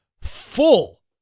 full